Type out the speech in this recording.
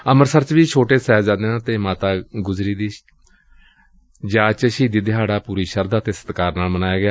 ਅੰਮ੍ਤਿਤਸਰ ਚ ਵੀ ਛੋਟੇ ਸਾਹਿਬਜ਼ਾਦਿਆਂ ਅਤੇ ਮਾਤਾ ਗੁਜਰੀ ਦਾ ਸ਼ਹੀਦੀ ਦਿਹਾੜਾ ਪੂਰੀ ਸ਼ਰਧਾ ਅਤੇ ਸਤਿਕਾਰ ਨਾਲ ਮਨਾਇਆ ਗਿਆ